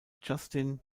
justin